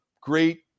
great